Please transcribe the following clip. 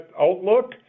outlook